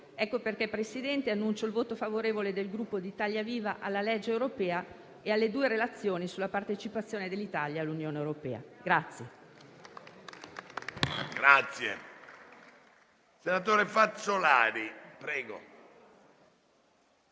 Ecco perché, Presidente, annuncio il voto favorevole del Gruppo di Italia Viva alla legge europea e alle due relazioni sulla partecipazione dell'Italia all'Unione europea.